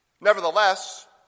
Nevertheless